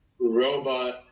robot